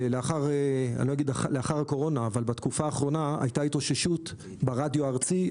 לא אגיד שלאחר הקורונה אבל בתקופה האחרונה הייתה התאוששות ברדיו הארצי,